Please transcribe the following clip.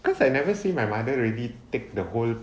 cause I never see my mother already take the whole